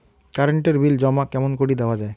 Current এর bill জমা কেমন করি দেওয়া যায়?